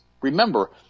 Remember